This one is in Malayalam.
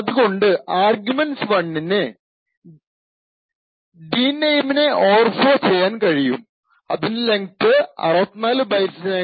അത് കൊണ്ട് ആർഗ്യുമെൻറ് 1 ന് d name നെ ഓവർഫ്ലോ ചെയ്യാൻ കഴിയും അതിൻറെ ലെങ്ത് 64 ബൈറ്റ്സ്സിനെക്കാൾ കൂടുതൽ ആണെങ്കിൽ